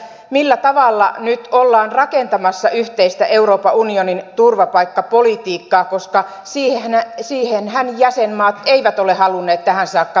millä tavalla nyt ollaan rakentamassa yhteistä euroopan unionin turvapaikkapolitiikkaa koska siihenhän jäsenmaat eivät ole halunneet tähän saakka mennä